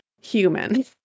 human